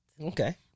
Okay